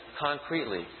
concretely